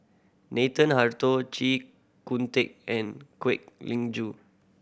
Nathan Hartono Chee Kong Tet and Kwek Ling Joo